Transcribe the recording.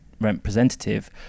representative